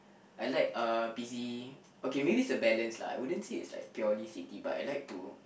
I like uh busy okay maybe is a balance lah I wouldn't say it's purely city but I like to